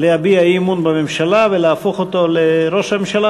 להביע אי-אמון בממשלה ולהפוך לראש הממשלה